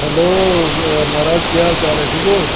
hello म्हाराज केह् हाल चाल ऐ ठीक ओ